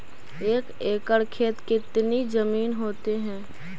एक एकड़ खेत कितनी जमीन होते हैं?